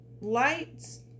lights